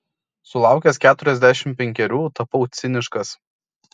sulaukęs keturiasdešimt penkerių tapau ciniškas